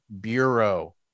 Bureau